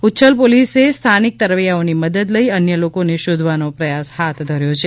ઉચ્છલ પોલીસે સ્થાનિક તરવૈથાઓની મદદ લઇ અન્ય લોકોને શોધવાનો પ્રયાસ હાથ ધર્યો છે